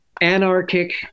anarchic